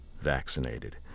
vaccinated